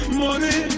money